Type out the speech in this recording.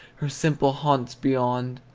her simple haunts beyond!